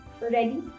ready